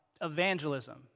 evangelism